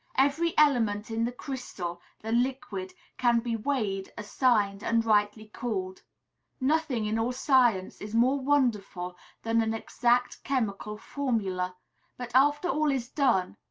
every element in the crystal, the liquid, can be weighed, assigned, and rightly called nothing in all science is more wonderful than an exact chemical formula but, after all is done,